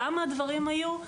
למה הדברים היו,